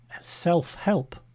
self-help